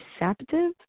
receptive